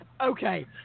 Okay